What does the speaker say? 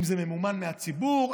אם זה ממומן מהציבור,